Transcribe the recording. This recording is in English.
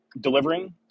delivering